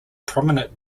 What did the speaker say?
prominent